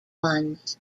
ones